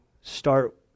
start